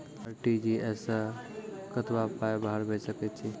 RTGS सअ कतबा पाय बाहर भेज सकैत छी?